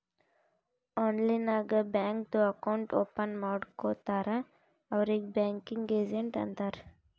online ನಾಗ್ ಬ್ಯಾಂಕ್ದು account open ಮಾಡ್ಕೊಡ್ತಾರ್ ಅವ್ರಿಗ್ ಬ್ಯಾಂಕಿಂಗ್ ಏಜೆಂಟ್ ಅಂತಾರ್